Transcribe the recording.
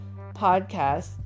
podcast